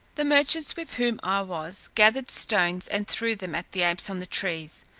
the merchants with whom i was, gathered stones and threw them at the apes on the trees.